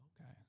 Okay